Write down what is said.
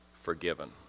forgiven